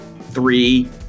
three